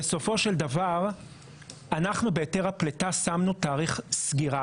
בסופו של דבר אנחנו בהיתר הפליטה שמנו תאריך סגירה,